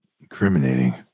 Incriminating